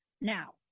Now